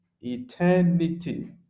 Eternity